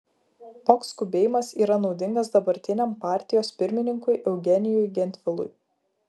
toks skubėjimas yra naudingas dabartiniam partijos pirmininkui eugenijui gentvilui